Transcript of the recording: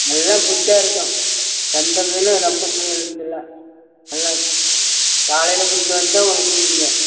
எல்லாம் புதுசாக இருக்கும் எந்த மீனும் ரொம்ப நாளானது இல்லை எல்லாம் காலையில் பிடிச்சிட்டு வந்துதான் உங்களுக்கு கொடுக்கறதுங்க